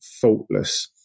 faultless